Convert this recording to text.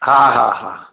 हा हा हा